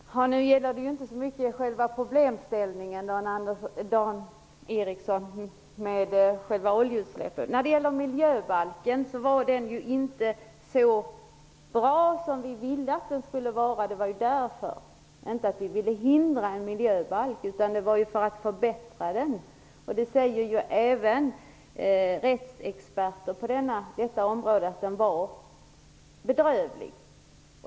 Herr talman! Nu gäller det inte så mycket problemställningen med själva oljeutsläppen, Dan Ericsson. Miljöbalken var inte så bra som vi ville att den skulle vara. Det var därför, inte för att vi ville hindra en miljöbalk. Det var för att förbättra den. Även rättsexperter på detta område säger att den var bedrövlig.